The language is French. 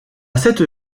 cette